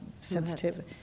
sensitive